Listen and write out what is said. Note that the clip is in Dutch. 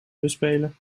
bespelen